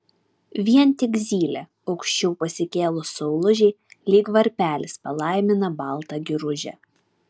vien tik zylė aukščiau pasikėlus saulužei lyg varpelis palaimina baltą giružę